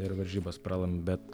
ir varžybas pralim bet